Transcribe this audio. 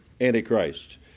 Antichrist